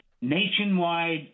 nationwide